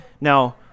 Now